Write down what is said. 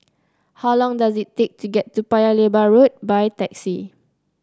how long does it take to get to Paya Lebar Road by taxi